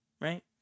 right